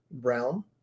realm